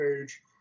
Page